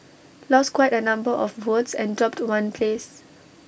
lost quite A number of votes and dropped one place